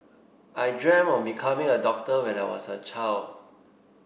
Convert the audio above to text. I dreamt of becoming a doctor when I was a child